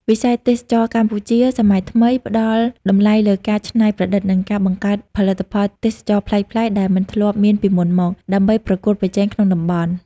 វិស័យទេសចរណ៍កម្ពុជាសម័យថ្មី ផ្ដល់តម្លៃលើការច្នៃប្រឌិត និងការបង្កើតផលិតផលទេសចរណ៍ប្លែកៗដែលមិនធ្លាប់មានពីមុនមក ដើម្បីប្រកួតប្រជែងក្នុងតំបន់។